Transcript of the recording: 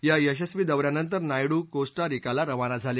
या यशस्वी दौऱ्यानंतर नायडू कोस्टाटरिकाला रवाना झाले